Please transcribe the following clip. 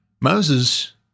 Moses